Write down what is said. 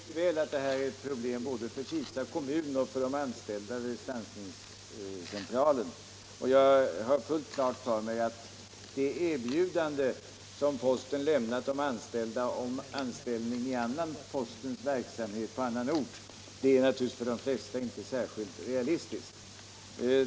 Herr talman! Jag förstår mycket väl att detta är ett problem både för Kisa kommun och för de anställda vid stansningscentralen. Jag har fullt klart för mig att det erbjudande som posten har lämnat de anställda om anställning i postens verksamhet på annan ort för de flesta inte är särskilt realistiskt.